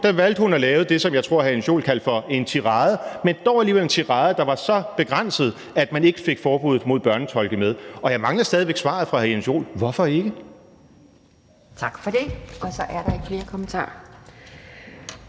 valgte hun at lave det, som hr. Jens Joel kaldte for en tirade, men dog alligevel en tirade, der var så begrænset, at man ikke fik forbuddet mod børnetolke med. Og jeg mangler stadig væk svaret fra hr. Jens Joel på hvorfor ikke.